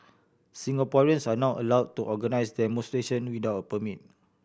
Singaporeans are now allowed to organise demonstration without a permit